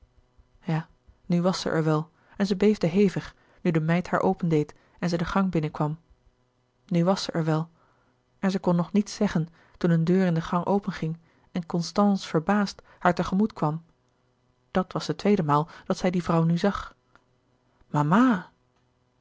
ja nu was zij er wel en zij beefde hevig nu de meid haar opendeed en zij den gang binnen kwam nu was zij er wel en zij kon nog niets zeggen toen een deur in de gang openging en constance verbaasd haar tegemoet louis couperus de boeken der kleine zielen kwam dat was de tweede maal dat zij die vrouw nu zag mama